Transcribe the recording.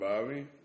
Bobby